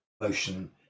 motion